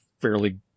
fairly